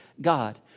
God